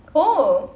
oh